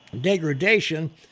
degradation